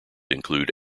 include